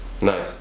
Nice